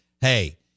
hey